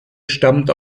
stammt